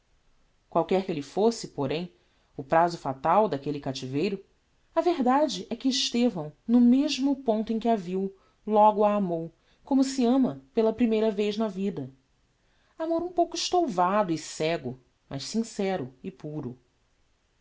qualquer que elle fosse porém o prazo fatal daquelle captiveiro a verdade é que estevão no mesmo ponto em que a viu logo a amou como se ama pela primeira vez na vida amor um pouco estouvado e cego mas sincero e puro